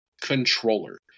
controller